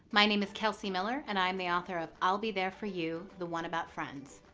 my name is kelsey miller, and i am the author of i'll be there for you the one about friends.